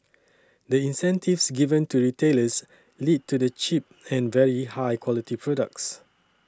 the incentives given to retailers lead to the cheap and very high quality products